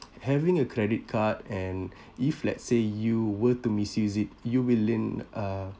having a credit card and if let's say you were to misuse it you will learn uh